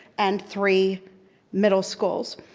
and three middle schools.